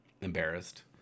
embarrassed